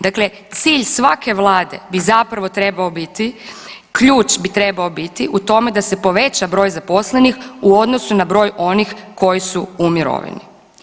Dakle, cilj svake vlade bi zapravo trebao biti ključ bi trebao biti u tome da se poveća broj zaposlenih u odnosu na broj onih koji su u mirovini.